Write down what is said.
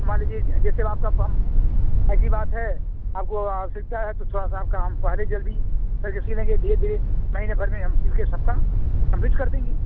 तो मान लीजिए जैसे अब आपका पम ऐसी बात है आपको आवश्यकता है तो थोड़ा सा आपका हम पहले जल्दी करके सिलेंगे धीरे धीरे महीने भर में हम सिल के सबका कंप्लीट कर देंगे